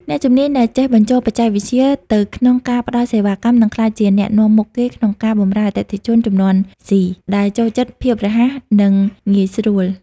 អ្នកជំនាញដែលចេះបញ្ចូលបច្ចេកវិទ្យាទៅក្នុងការផ្ដល់សេវាកម្ម នឹងក្លាយជាអ្នកនាំមុខគេក្នុងការបម្រើអតិថិជនជំនាន់ Z ដែលចូលចិត្តភាពរហ័ស និងងាយស្រួល។